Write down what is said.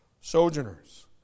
sojourners